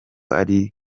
ari